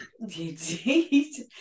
Indeed